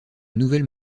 nouvelles